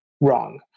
wrong